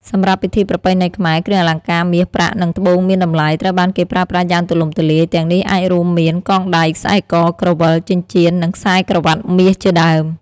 សម្រាប់ពិធីប្រពៃណីខ្មែរ គ្រឿងអលង្ការ មាស ប្រាក់ និង ត្បូងមានតម្លៃ ត្រូវបានគេប្រើប្រាស់យ៉ាងទូលំទូលាយ ទាំងនេះអាចរួមមាន កងដៃ ខ្សែក ក្រវិល ចិញ្ចៀន និងខ្សែក្រវាត់មាសជាដើម ។